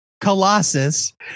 Colossus